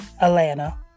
Atlanta